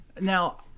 Now